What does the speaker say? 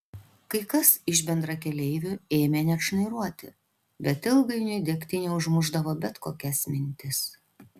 kai kas iš bendrakeleivių ėmė net šnairuoti bet ilgainiui degtinė užmušdavo bet kokias mintis